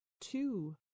two